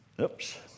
oops